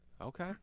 Okay